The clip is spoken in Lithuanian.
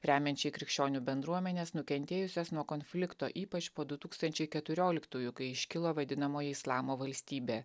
remiančiai krikščionių bendruomenes nukentėjusias nuo konflikto ypač po du tūkstančiai keturioliktųjų kai iškilo vadinamoji islamo valstybė